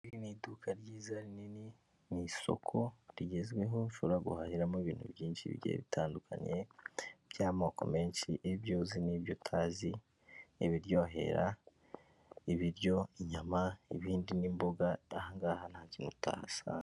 Iri ni iduka ryiza rinini ni isoko rigezweho ushobora guhahiramo ibintu byinshi bigiye bitandukanye by'amoko menshi ibyo uzi n'ibyo utazi, ibiryohera ibiryo, inyama ibindi n'imboga ahangaha nta kintu utahasanga.